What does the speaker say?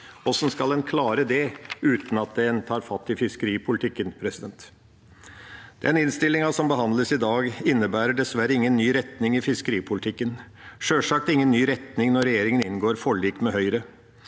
Hvordan skal en klare det uten at en tar fatt i fiskeripolitikken? Innstillinga som behandles i dag, innebærer dessverre ingen ny retning i fiskeripolitikken – sjølsagt ingen ny retning når regjeringa inngår forlik med Høyre.